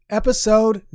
episode